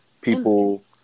people